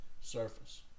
surface